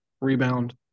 rebound